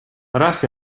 raz